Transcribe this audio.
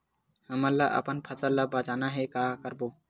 हमन ला अपन फसल ला बचाना हे का करबो?